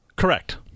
Correct